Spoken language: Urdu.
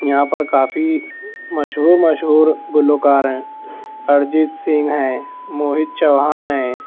یہاں پر کافی مشہور مشہور گلوکار ہیں ارجیت سنگھ ہیں موہت چوہان ہیں